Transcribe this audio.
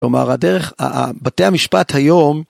‫כלומר הדרך, ה ה... בתי המשפט היום...